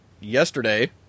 yesterday